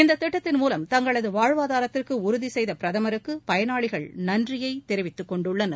இந்த திட்டத்தின் மூலம் தங்களது வாழ்வாதாரத்திற்கு உறுதி செய்த பிரதமருக்கு பயனாளிகள் நன்றியை தெரிவித்துக் கொண்டுள்ளனர்